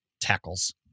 tackles